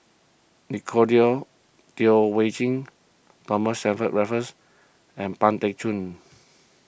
Nicolette Teo Waiting Thomas Stamford Raffles and Pang Teck Joon